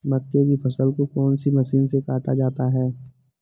मक्के की फसल को कौन सी मशीन से काटा जाता है?